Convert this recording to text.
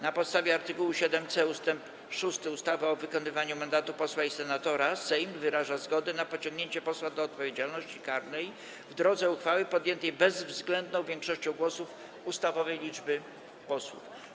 Na podstawie art. 7c ust. 6 ustawy o wykonywaniu mandatu posła i senatora Sejm wyraża zgodę na pociągnięcie posła do odpowiedzialności karnej w drodze uchwały podjętej bezwzględną większością głosów ustawowej liczby posłów.